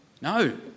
no